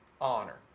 honor